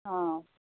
অঁ